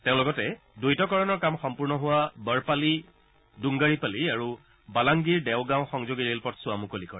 তেওঁ লগতে দ্বৈত কৰণৰ কাম সম্পূৰ্ণ হোৱা বৰপালি দুংগাৰিপালি আৰু বালাংগিৰ দেওগাঁও সংযোগী ৰেলপথছোৱা মুকলি কৰে